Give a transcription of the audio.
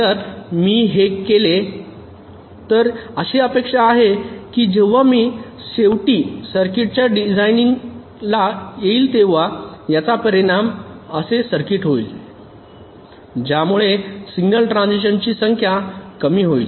जर मी हे केले तर अशी अपेक्षा आहे की जेव्हा मी शेवटी सर्किटच्या डिझाईनिंगला येईल तेव्हा याचा परिणाम असे सर्किट होईल ज्यामुळे सिग्नल ट्रान्झिशन ची संख्या कमी होईल